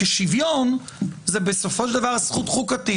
כי שוויון זה בסופו של דבר זכות חוקתית